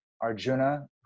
Arjuna